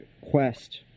quest